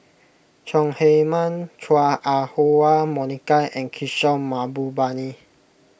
Chong Heman Chua Ah Huwa Monica and Kishore Mahbubani